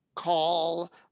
call